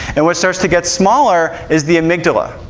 and what starts to get smaller is the amygdala,